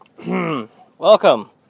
Welcome